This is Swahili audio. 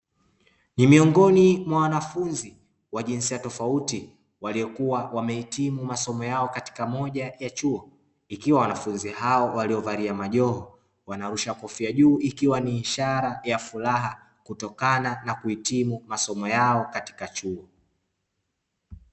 Ni miongoni mwa wanafunzi wa jinsi ya tofauti waliokuwa wamehitimu masomo yao katika moja ya chuo, ikiwa wanafunzi hao waliovalia majoho wanarusha kofia juu ikiwa ni ishara ya furaha kutokana na kuhitimu masomo yao katika chuo.